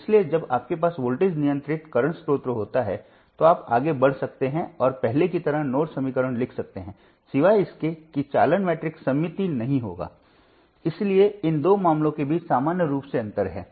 इसलिए जब आपके पास वोल्टेज नियंत्रित वर्तमान स्रोत होता है तो आप आगे बढ़ सकते हैं और पहले की तरह नोड समीकरण लिख सकते हैं सिवाय इसके कि चालन मैट्रिक्स सममित नहीं होगा इसलिए इन दो मामलों के बीच सामान्य रूप से अंतर है